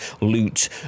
loot